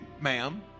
ma'am